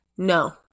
no